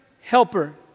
helper